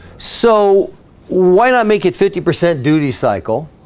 so why not make it fifty percent duty cycle